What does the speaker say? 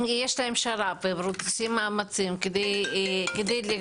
אם יש להם שר"פ והם עושים מאמצים כדי לגדול